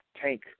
tank